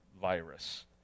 virus